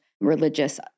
religious